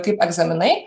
kaip egzaminai